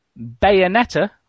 Bayonetta